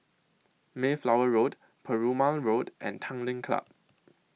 Mayflower Road Perumal Road and Tanglin Club